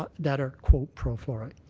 that are pro-fluoride.